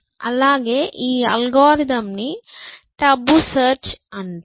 అలాగే ఈ అల్గోరిథంని టబు సెర్చ్అంటాము